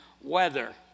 weather